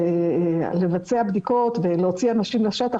לבצע בדיקות ולהוציא אנשים לשטח